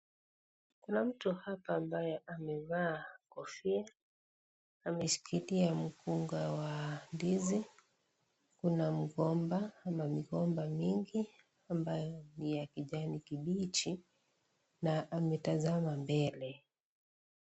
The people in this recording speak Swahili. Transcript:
Kuna mtu hapa ambaye amevaa kofia, ameshikilia mkunga wa ndizi, kuna mgomba ama migomba mingi ambayo ni ya kijani kibichi na ametazama mbele.